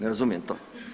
Ne razumijem to.